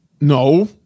No